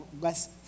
less